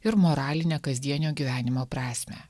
ir moralinę kasdienio gyvenimo prasmę